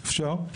אפשר?